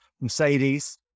Mercedes